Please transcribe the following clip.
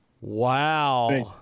Wow